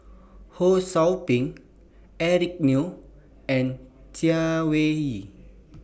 Ho SOU Ping Eric Neo and Chay Weng Yew